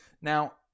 now